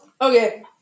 Okay